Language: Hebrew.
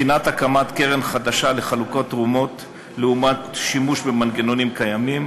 בחינת הקמת קרן חדשה לחלוקת תרומות לעומת שימוש במנגנונים קיימים,